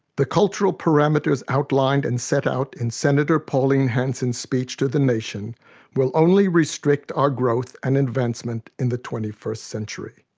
the cultural parameters outlined and set out in sen. pauline hanson's speech to the nation will only restrict our growth and advancement in the twenty first century.